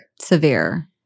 Severe